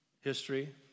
History